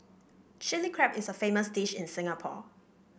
Chilli Crab is a famous dish in Singapore